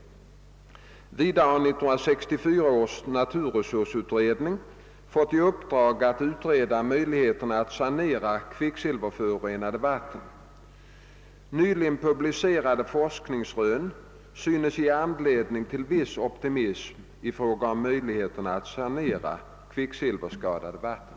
Vidare har 1964 års naturresursutredning fått i uppdrag att utreda möjligheterna att sanera kvicksilverförorenade vatten. Nyligen publicerade forskningsrön synes ge anledning till viss optimism i fråga om möjligheterna att sanera kvicksilverskadade vatten.